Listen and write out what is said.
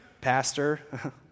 pastor